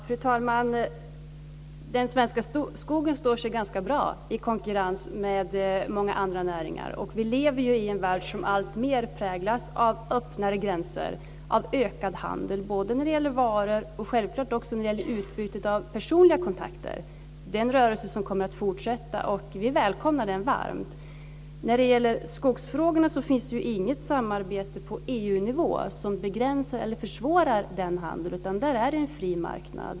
Fru talman! Den svenska skogen står sig ganska bra i konkurrens med många andra näringar. Vi lever ju i en värld som präglas av öppnare gränser, av ökad handel både när det gäller varor och självklart också utbytet av personliga kontakter. Det är en rörelse som kommer att fortsätta. Vi välkomnar den varmt. När det gäller skogsfrågorna finns det inget samarbete på EU-nivå som begränsar eller försvårar den handeln. Där är det en fri marknad.